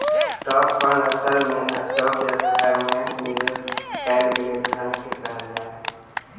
stock fund असल में stock या शहर में निवेश कैल गेल धन के कहल जा हई